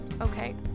Okay